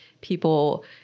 people